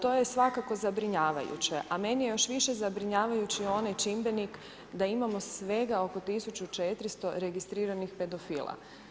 To je svakako zabrinjavajuće, a meni je još više zabrinjavajuće onaj čimbenik da imamo svega oko 1400 registriranih pedofila.